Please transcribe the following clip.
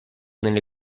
nelle